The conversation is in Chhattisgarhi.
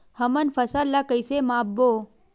हमन फसल ला कइसे माप बो?